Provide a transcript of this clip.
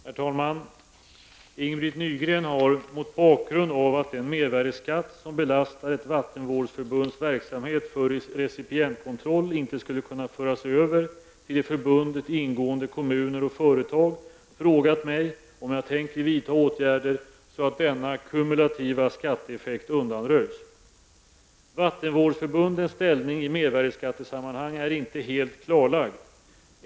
Herr talman! Ing-Britt Nygren har, mot bakgrund av att den mervärdeskatt som belastar ett vattenvårdsförbunds verksamhet för recipientkontroll inte skulle kunna föras över till i förbundet ingående kommuner och företag, frågat mig om jag tänker vidta åtgärder så att denna kumulativa skatteeffekt undanröjs. Vattenvårdsförbundens ställning i mervärdeskattesammanhang är inte helt klarlagd.